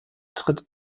tritt